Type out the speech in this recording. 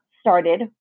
started